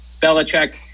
Belichick